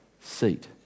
seat